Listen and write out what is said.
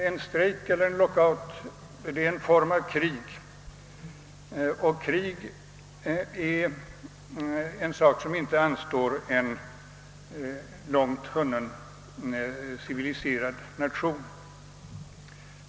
En strejk eller en lockout är en form av krig, och sådant anstår inte en långt hunnen civiliserad nation.